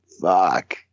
Fuck